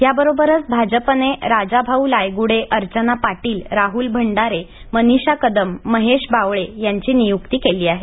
याबरोबरच भाजपने राजभाऊ लायगुडे अर्चना पाटील राहुल भंडारे मनीषा कदम महेश वाबळे यांची नियुक्ती केली आहे